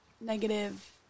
negative